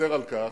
מצר על כך,